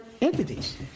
entities